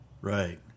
Right